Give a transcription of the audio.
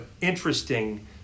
interesting